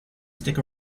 stick